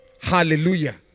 Hallelujah